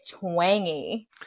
twangy